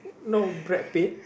no Brad-Pitt